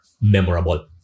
memorable